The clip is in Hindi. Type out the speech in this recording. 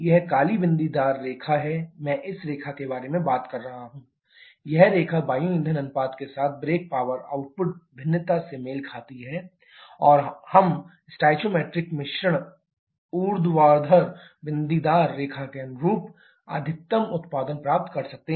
यह काली बिंदीदार रेखा है मैं इस रेखा के बारे में बात कर रहा हूं यह रेखा वायु ईंधन अनुपात के साथ ब्रेक पावर आउटपुट भिन्नता से मेल खाती है और हम स्टोइकोमेट्रिक मिश्रण ऊर्ध्वाधर बिंदीदार रेखा के अनुरूप अधिकतम उत्पादन प्राप्त करते हैं